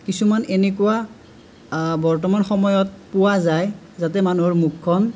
কিছুমান এনেকুৱা বৰ্তমান সময়ত পোৱা যায় যাতে মানুহৰ মুখখন